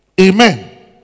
Amen